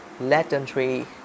legendary